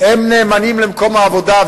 הם נאמנים למקום העבודה,